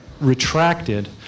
retracted